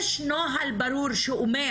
יש נוהל ברור שאומר